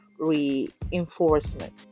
reinforcement